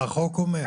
מה החוק אומר?